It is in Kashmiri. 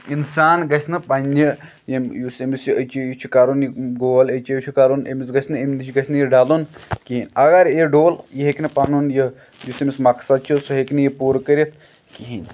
اِنسان گژھِ نہٕ پنٛنہِ یِم یُس أمِس یہِ أچیٖو چھِ کَرُن یہِ گول أچیٖو چھِ کَرُن أمِس گژھِ نہٕ اَمہِ نِش گژھِ نہٕ یہِ ڈَلُن کینٛہہ اگر یہِ ڈوٚل یہِ ہیٚکہِ نہٕ پَنُن یہِ یُس أمِس مقصد چھُ سُہ ہیٚکہِ نہٕ یہِ پوٗرٕ کٔرِتھ کِہیٖنۍ